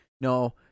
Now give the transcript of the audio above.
No